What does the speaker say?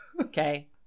Okay